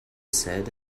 said